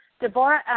Deborah